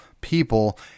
people